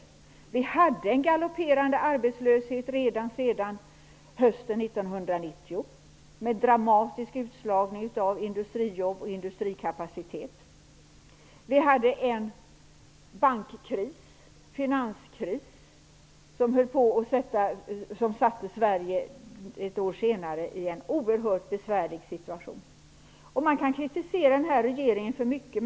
Men vi hade en galopperande arbetslöshet redan hösten 1990 med en dramatisk utslagning i fråga om industrijobb och industrikapacitet. Vi hade en bankkris, finanskris, som ett år senare försatte Sverige i en oerhört besvärlig situation. Man kan kritisera den här regeringen på många punkter.